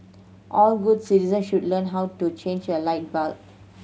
all good citizen should learn how to change a light bulb